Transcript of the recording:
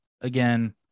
Again